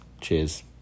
Cheers